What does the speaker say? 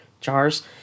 jars